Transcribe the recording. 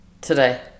Today